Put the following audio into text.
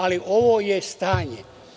Ali, ovo je stanje.